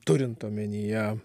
turint omenyje